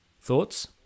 Thoughts